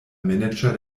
manager